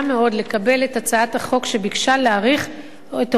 שביקשה להאריך את הוראת השעה בשנה נוספת.